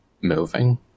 moving